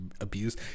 abuse